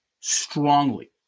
strongly